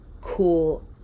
cool